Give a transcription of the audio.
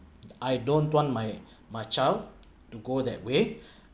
I don't want my my child to go that way